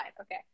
Okay